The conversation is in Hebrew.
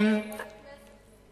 אני מודה לך.